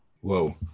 Whoa